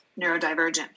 neurodivergent